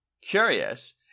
curious